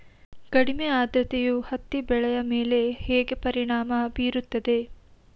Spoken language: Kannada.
ಕಡಿಮೆ ಆದ್ರತೆಯು ಹತ್ತಿ ಬೆಳೆಯ ಮೇಲೆ ಹೇಗೆ ಪರಿಣಾಮ ಬೀರುತ್ತದೆ?